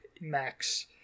Max